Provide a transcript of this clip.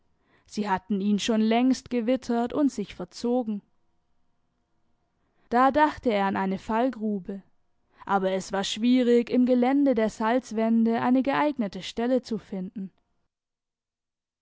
sie hatten ihn schon längst gewittert und sich verzogen da dachte er an eine fallgrube aber es war schwierig im gelände der salzwände eine geeignete stelle zu finden